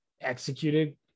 executed